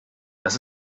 das